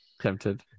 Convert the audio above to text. tempted